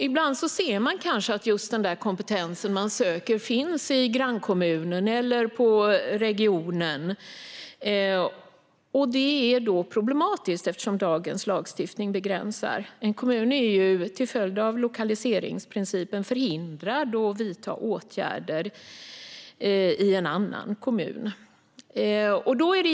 Ibland ser man kanske att just den kompetens man söker finns i grannkommunen eller grannregionen, och det är problematiskt eftersom dagens lagstiftning begränsar. En kommun är till följd av lokaliseringsprincipen förhindrad att vidta åtgärder i en annan kommun.